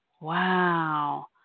Wow